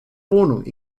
wohnung